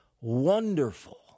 wonderful